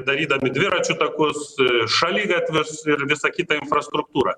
darydami dviračių takus šaligatvius ir visą kitą infrastruktūrą